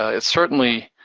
ah it's certainly,